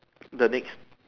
the next